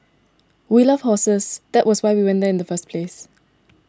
we love horses that was why we went there in the first place